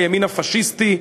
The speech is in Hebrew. הימין הפאשיסטי.